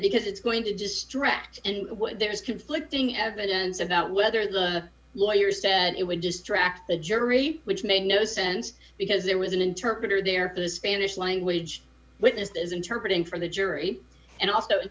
because it's going to distract and there is conflicting evidence about whether the lawyers said it would distract the jury which makes no sense because there was an interpreter there for the spanish language witness as interpreted for the jury and also